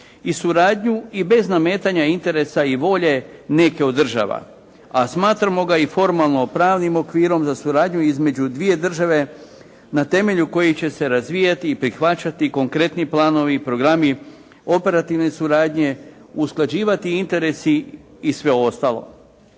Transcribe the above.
i suradnju i bez nametanja interesa i volje neke od država, a smatramo ga i formalno-pravnim okvirom za suradnju između dvije države na temelju kojih će se razvijati i prihvaćati i konkretni planovi i programi operativne suradnje, usklađivati interesi i sve ostalo.